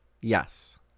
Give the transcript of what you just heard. Yes